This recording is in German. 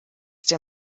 der